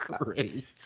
great